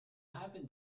happen